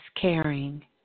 caring